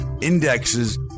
indexes